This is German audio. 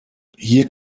hier